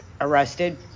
arrested